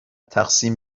تقسیم